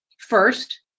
First